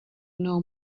know